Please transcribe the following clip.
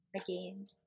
Again